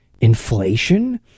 inflation